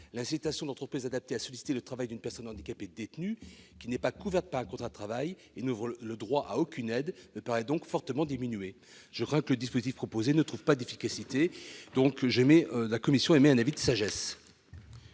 L'incitation de l'entreprise adaptée à solliciter le travail d'une personne handicapée détenue, qui n'est pas couverte par un contrat de travail et n'ouvre le droit à aucune aide, me paraît donc fortement diminuée. Je crains que le dispositif proposé ne trouve pas d'effectivité. La commission s'en remet donc à la sagesse